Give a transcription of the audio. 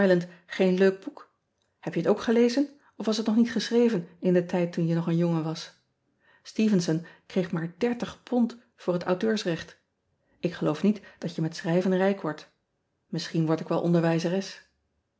geen leuk boek eb je het ook ean ebster adertje angbeen gelezen of was het nog niet geschreven in den tijd toen je nog een jongen was tevenson kreeg maar voor het auteursrecht k geloof niet dat je met schrijven rijk wordt isschien word ik wel onderwijzeres